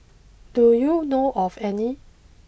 do you know of any